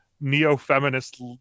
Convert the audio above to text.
neo-feminist